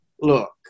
look